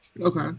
Okay